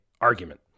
argument